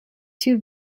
two